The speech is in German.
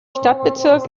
stadtbezirk